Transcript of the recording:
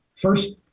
first